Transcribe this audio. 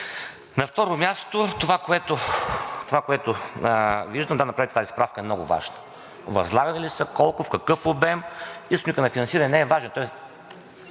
На второ място, това, което виждам – да, направих, тази справка е много важна: възлагали ли са, колко, в какъв обем, източникът на финансиране не е важен,